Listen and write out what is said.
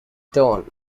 tone